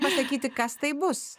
pasakyti kas tai bus